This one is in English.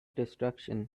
destruction